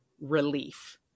relief